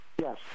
Yes